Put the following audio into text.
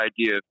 idea